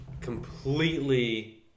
completely